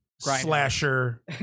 slasher